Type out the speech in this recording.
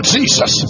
Jesus